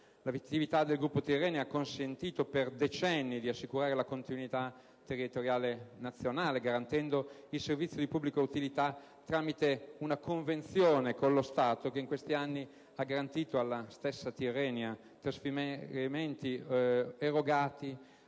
L'attività del gruppo Tirrenia ha consentito per decenni di assicurare la continuità territoriale nazionale, garantendo il servizio di pubblica utilità tramite una convenzione con lo Stato, che in questi anni ha garantito alla stessa Tirrenia trasferimenti erogati